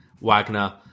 Wagner